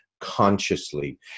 Consciously